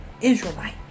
Israelite